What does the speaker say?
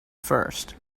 first